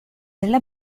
della